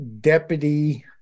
deputy